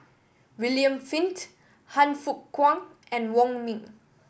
William Flint Han Fook Kwang and Wong Ming